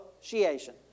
association